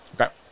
Okay